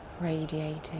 radiating